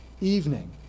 evening